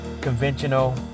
conventional